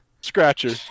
scratcher